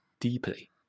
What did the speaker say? deeply